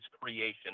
creation